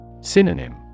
Synonym